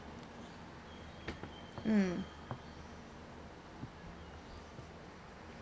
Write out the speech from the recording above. mm